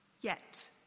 Yet